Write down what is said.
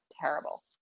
terrible